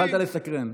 התחלת לסקרן.